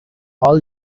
all